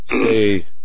Say